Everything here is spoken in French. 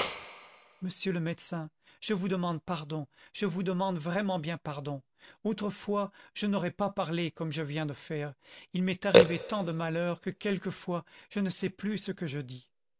monsieur le médecin je vous demande pardon je vous demande vraiment bien pardon autrefois je n'aurais pas parlé comme je viens de faire il m'est arrivé tant de malheurs que quelquefois je ne sais plus ce que je dis